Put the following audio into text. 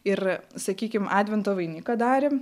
ir sakykim advento vainiką darėm